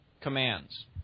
commands